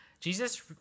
Jesus